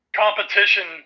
competition